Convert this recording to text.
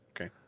Okay